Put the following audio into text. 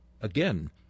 Again